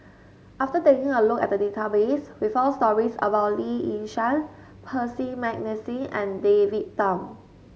after taking a look at the database we found stories about Lee Yi Shyan Percy McNeice and David Tham